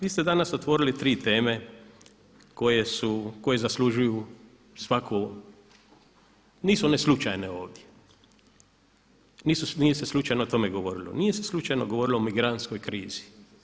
Vi ste danas otvorili tri teme koje zaslužuju svaku, nisu one slučajne ovdje, nije se slučajno o tome govorilo, nije se slučajno govorili o migrantskoj krizi.